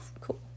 cool